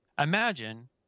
Imagine